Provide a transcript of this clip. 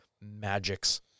magics